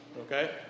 okay